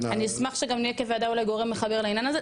אני אשמח שגם נהיה כוועדה אולי גורם מחבר לעניין הזה.